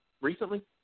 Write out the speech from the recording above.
recently